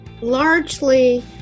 largely